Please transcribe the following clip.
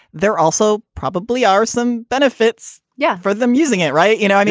they're also probably are some benefits. yeah. for them using it. right. you know, i mean,